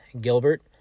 Gilbert